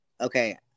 Okay